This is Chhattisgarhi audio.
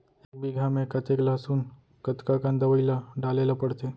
एक बीघा में कतेक लहसुन कतका कन दवई ल डाले ल पड़थे?